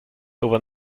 over